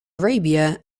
arabia